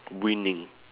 winning